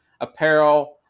apparel